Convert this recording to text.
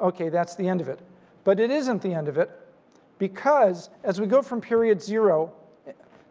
okay, that's the end of it but it isn't the end of it because as we go from period zero